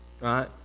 Right